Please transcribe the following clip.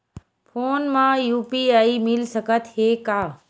Phone मा UPI मिल सकत हे का?